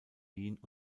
wien